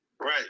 Right